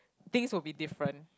things would be different